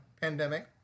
pandemic